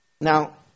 now